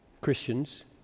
Christians